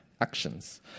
actions